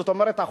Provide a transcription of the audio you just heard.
זאת אומרת,